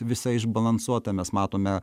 visa išbalansuota mes matome